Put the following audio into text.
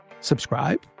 Subscribe